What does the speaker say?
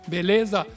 Beleza